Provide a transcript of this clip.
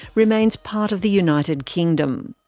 remains part of the united kingdom.